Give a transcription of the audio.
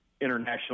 international